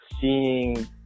seeing